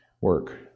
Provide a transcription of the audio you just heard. work